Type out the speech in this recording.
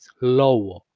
lower